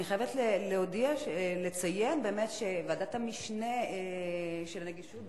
אני חייבת לציין שוועדת המשנה לתקנות הנגישות,